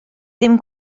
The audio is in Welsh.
ddim